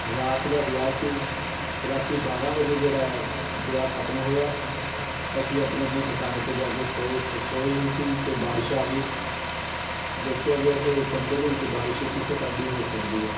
ਰਾਤ ਦਾ ਵਿਆਹ ਸੀ ਰਾਤੀਂ ਬਾਰ੍ਹਾਂ ਵਜੇ ਜਿਹੜਾ ਹੈ ਵਿਆਹ ਖ਼ਤਮ ਹੋਇਆ ਅਸੀਂ ਆਪਣੇ ਆਪਣੇ ਠਿਕਾਣੇ 'ਤੇ ਜਾ ਕੇ ਸੋਏ ਸੋਏ ਹੀ ਸੀ ਕਿ ਬਾਰਿਸ਼ ਆ ਗਈ ਦੱਸਿਆ ਗਿਆ ਕਿ ਚੰਬੇ ਦੇ ਵਿੱਚ ਬਾਰਿਸ਼ ਕਿਸੇ ਟਾਈਮ ਵੀ ਹੋ ਸਕਦੀ ਹੈ